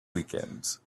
weekends